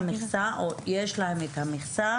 שיש להם את המכסה.